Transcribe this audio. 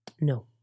No